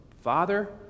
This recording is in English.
father